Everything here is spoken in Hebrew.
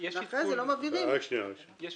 ואחרי זה לא מבהירים --- יש עדכון.